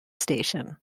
station